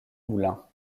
moulin